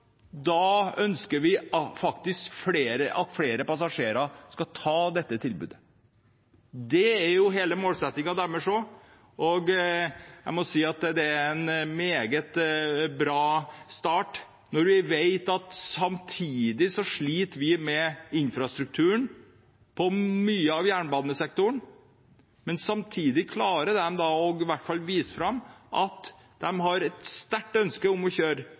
Vi ønsker at flere passasjerer skal benytte dette tilbudet, og det er også deres målsetting. Og jeg må si det er en meget bra start, når vi vet at vi sliter med infrastrukturen i mye av jernbanesektoren, at de samtidig klarer å få fram at de har et sterkt ønske om å kjøre